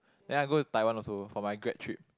then I go Taiwan also for my grad trip